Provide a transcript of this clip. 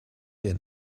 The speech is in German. wir